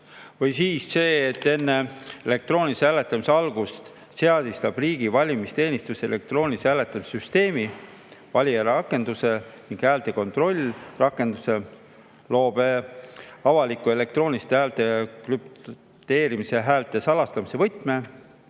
või see, et enne elektroonilise hääletamise algust seadistab riigi valimisteenistus elektroonilise hääletamise süsteemi valijarakenduse ning hääle kontrollrakenduse, loob avaliku elektrooniliste häälte krüpteerimise ja häälte salastamise võtme